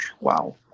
wow